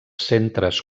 centres